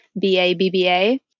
B-A-B-B-A